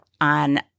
on